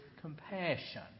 compassion